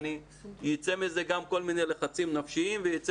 ייצא מזה גם כל מיני לחצים נפשיים וייצא